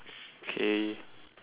K